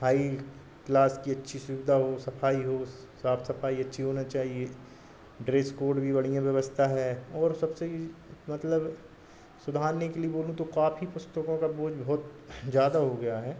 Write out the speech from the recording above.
high class की अच्छी सुविधा हो सफाई हो साफ सफाई अच्छी होना चाहिए ड्रेस कोड भी बढ़िया व्यवस्था है और सबसे मतलब सुधारने के लिए बोलूँ तो काफी पुस्तकों का बोझ बहुत ज़्यादा हो गया है